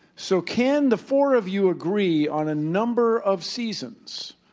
so can the four of you agree on a number of seasons,